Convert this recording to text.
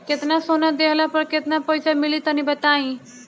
केतना सोना देहला पर केतना पईसा मिली तनि बताई?